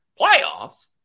Playoffs